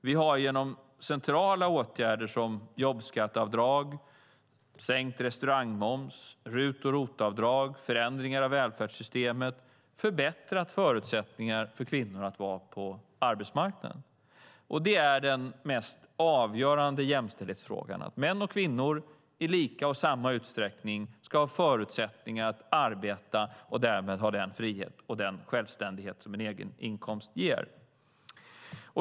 Vi har genom centrala åtgärder som jobbskatteavdrag, sänkt restaurangmoms, RUT och ROT-avdrag och förändringar av välfärdssystemet förbättrat förutsättningarna för kvinnor att vara på arbetsmarknaden. Det är den mest avgörande jämställdhetsfrågan: att män och kvinnor i lika utsträckning ska ha förutsättningar att arbeta och därmed ha den frihet och självständighet som en egen inkomst ger.